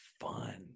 fun